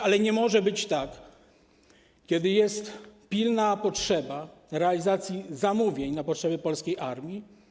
Ale nie może być tak, kiedy jest pilna potrzeba realizacji zamówień dla polskiej armii.